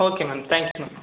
okay ma'am thanks ma'am